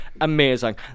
Amazing